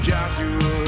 Joshua